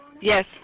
Yes